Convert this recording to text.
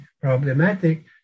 problematic